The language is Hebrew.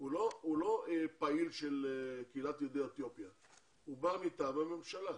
הוא לא פעיל של קהילת יהודי אתיופיה אלא הוא בא מטעם הממשלה.